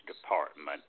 department